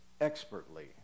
expertly